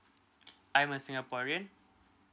I'm a singaporean